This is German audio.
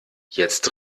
jetzt